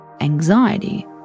Anxiety